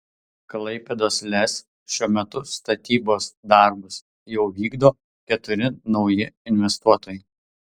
klaipėdos lez šiuo metu statybos darbus jau vykdo keturi nauji investuotojai